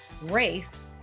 race